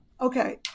Okay